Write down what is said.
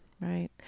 Right